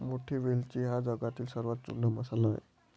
मोठी वेलची हा जगातील सर्वात जुना मसाला आहे